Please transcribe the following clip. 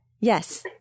Yes